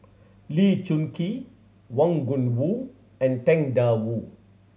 Lee Choon Kee Wang Gungwu and Tang Da Wu